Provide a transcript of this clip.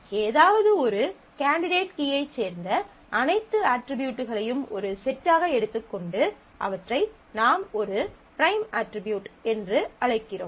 ஏதாவது ஒரு கேண்டிடேட் கீயைச் சேர்ந்த அனைத்து அட்ரிபியூட்களையும் ஒரு செட்டாக எடுத்துக் கொண்டு அவற்றை நாம் ஒரு ப்ரைம் அட்ரிபியூட் என்று அழைக்கிறோம்